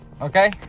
Okay